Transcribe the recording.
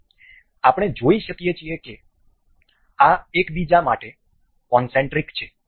હવે આપણે જોઈ શકીએ છીએ કે આ એક બીજા માટે કોનસેન્ટ્રિક છે